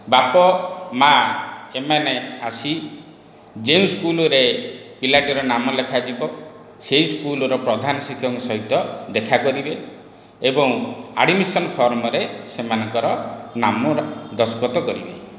ବାପ ମା ଏମାନେ ଆସି ଯେଉଁ ସ୍କୁଲରେ ପିଲାଟିର ନାମ ଲେଖା ଯିବ ସେହି ସ୍କୁଲର ପ୍ରଧାନ ଶିକ୍ଷକଙ୍କ ସହିତ ଦେଖା କରିବେ ଏବଂ ଆଡ଼ମିସନ ଫର୍ମରେ ସେମାନଙ୍କର ନାମ ଦସ୍ତଖତ କରିବେ